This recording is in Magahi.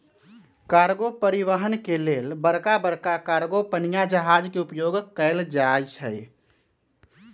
कार्गो परिवहन के लेल बड़का बड़का कार्गो पनिया जहाज के उपयोग कएल जाइ छइ